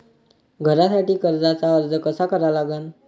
घरासाठी कर्जाचा अर्ज कसा करा लागन?